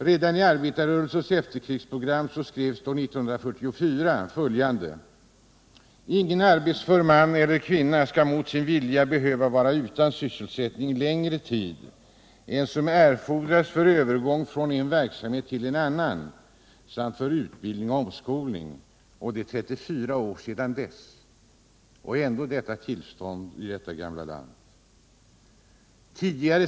Redan i Arbetarrörelsens efterkrigsprogram skrevs det år 1944: ”Ingen arbetsför man eller kvinna skall mot sin 73 vilja behöva vara utan sysselsättning längre tid än som erfordras för övergång från en verksamhet till en annan samt för utbildning och omskolning.” Det är 34 år sedan dess, och ändå detta tillstånd i detta gamla land!